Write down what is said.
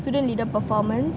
student leader performance